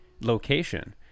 location